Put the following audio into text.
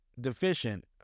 deficient